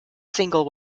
single